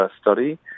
study